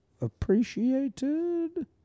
appreciated